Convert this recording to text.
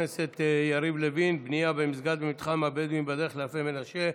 חבר הכנסת יריב לוין: בניית מסגד במתחם הבדואים בדרך לאלפי מנשה.